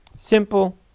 Simple